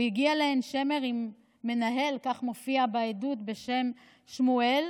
הוא הגיע לעין שמר עם מנהל בשם שמואל,